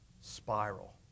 spiral